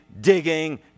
digging